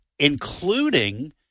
including